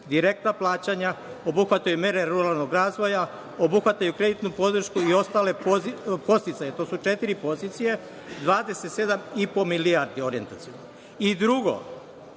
direktna plaćanja, obuhvataju mere ruralnog razvoja, obuhvataju kreditnu podršku i ostale podsticaje, to su četiri pozicije, 27,5 milijardi orijentaciono. Drugo,